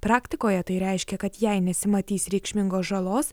praktikoje tai reiškia kad jei nesimatys reikšmingos žalos